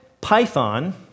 python